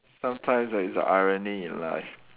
sometimes there is irony in life